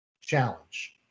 challenge